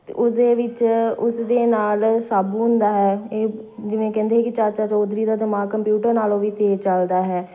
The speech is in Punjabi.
ਅਤੇ ਉਹਦੇ ਵਿੱਚ ਉਸਦੇ ਨਾਲ ਸਾਬੂ ਹੁੰਦਾ ਹੈ ਇਹ ਜਿਵੇਂ ਕਹਿੰਦੇ ਕਿ ਚਾਚਾ ਚੌਧਰੀ ਦਾ ਦਿਮਾਗ ਕੰਪਿਊਟਰ ਨਾਲੋਂ ਵੀ ਤੇਜ਼ ਚੱਲਦਾ ਹੈ